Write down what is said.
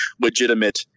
legitimate